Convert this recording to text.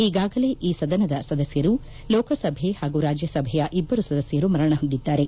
ಈಗಾಗಲೇ ಈ ಸದನದ ಸದಸ್ಕರು ಲೋಕಸಭೆ ಹಾಗೂ ರಾಜ್ಯ ಸಭೆಯ ಇಬ್ಬರು ಸದಸ್ಕರು ಮರಣ ಹೊಂದಿದ್ದಾರೆ